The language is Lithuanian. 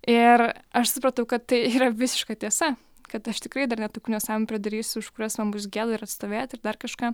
ir aš supratau kad tai yra visiška tiesa kad aš tikrai dar ne tokių nesąmonių pridarysiu už kurias man bus gėda ir atstovėti ir dar kažką